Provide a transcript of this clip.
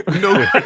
no